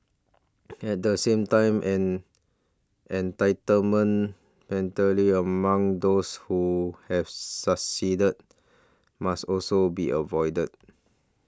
at the same time an entitlement mentally among those who have succeeded must also be avoided